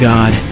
God